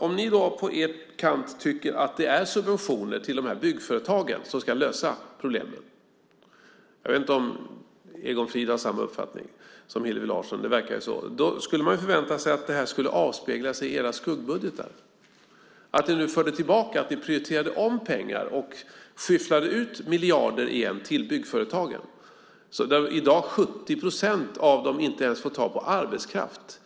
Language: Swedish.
om ni på er kant tycker att det är subventioner till de här byggföretagen som ska lösa problemen - jag vet inte om Egon Frid har samma uppfattning som Hillevi Larsson, men det verkar så - förväntar man ju sig att det skulle avspegla sig i era skuggbudgeter, att ni nu skulle föra tillbaka pengar, att ni skulle prioritera om och skyffla ut miljarder igen till byggföretagen. I dag får 70 procent av dem inte ens tag på arbetskraft.